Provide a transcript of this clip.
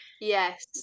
yes